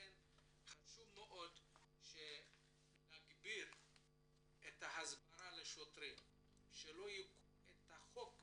לכן חשוב מאוד להגביר את ההסברה לשוטרים שלא ייקחו את החוק לידיהם.